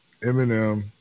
Eminem